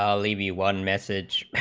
um leavy one message